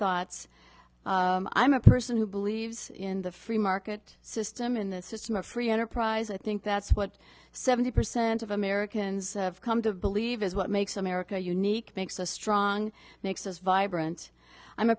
thoughts i'm a person who believes in the free market system and the system of free enterprise i think that's what seventy percent of americans have come to believe is what makes america unique makes us strong makes us vibrant i'm a